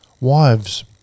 Wives